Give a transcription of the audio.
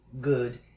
good